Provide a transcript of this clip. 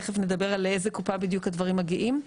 תכף נדבר על איזו קופה בדיוק הדברים מגיעים.